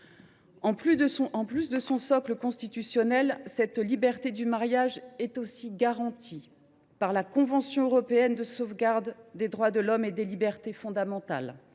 En plus de ce socle constitutionnel, la liberté du mariage est également garantie par la convention de sauvegarde des droits de l’homme et des libertés fondamentales,